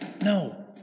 No